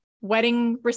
wedding